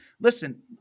Listen